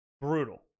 brutal